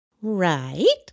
Right